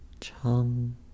Chum